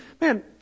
man